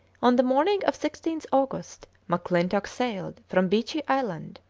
on the morning of sixteenth august, m'clintock sailed from beechey island,